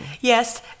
Yes